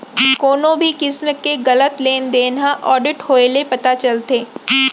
कोनो भी किसम के गलत लेन देन ह आडिट होए ले पता चलथे